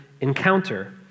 encounter